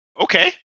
okay